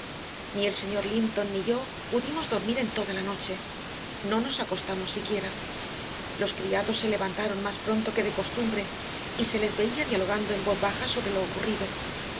ni el señor linton ni yo pudimos dormir en toda la noche no nos acostamos siquiera los criados se levantaron más pronto que de costumbre y se les veía dialogando en voz baja sobre lo ocurrido